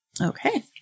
Okay